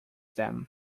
them